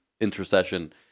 intercession